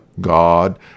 God